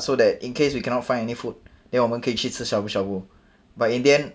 so that in case we cannot find any food then 我们可以去吃 shabu shabu but in the end